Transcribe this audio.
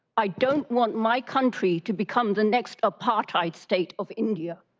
i don't want my country to become the next apartheid state of india.